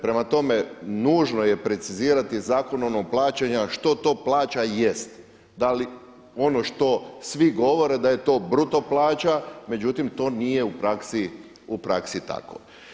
Prema tome, nužno je precizirati Zakonom o plaćama što to plaća jest da li ono što svi govore da je to bruto plaća, međutim to nije u praksi tako.